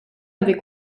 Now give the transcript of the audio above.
avait